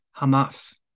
Hamas